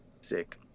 sick